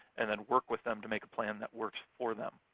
and then work with them to make a plan that works for them.